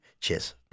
Cheers